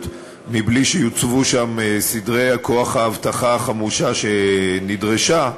מבלי שיוצבו שם סדרי כוחות לאבטחה החמושה שנדרשה,